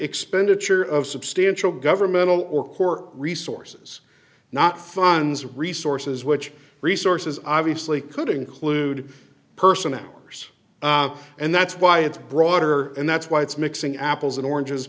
expenditure of substantial governmental or core resources not funds resources which resources obviously could include person hours and that's why it's broader and that's why it's mixing apples and oranges